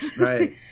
Right